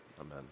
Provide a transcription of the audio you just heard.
Amen